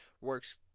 works